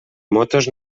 motos